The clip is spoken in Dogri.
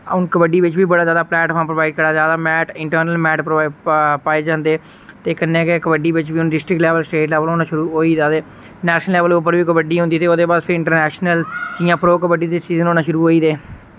हुन कबड्डी बिच बी बड़ा ज्यादा प्लैटफार्म प्रोवाइड करा दे मैट इंटरनल मैट प्रो पा पाए जन्दे ते कन्नै गै कबड्डी बिच बी हुन डिस्ट्रिक लैवल स्टेट लैवल होना शुरू होई दा ते नैशनल लैवल उप्पर बी कबड्डी होंदी ते ह्दे बाद फिर इंटरनैशनल जि'यां प्रो कबड्डी दे सीजन होना शुरू होई दे